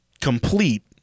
complete